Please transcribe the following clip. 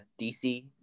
DC